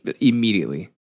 immediately